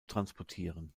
transportieren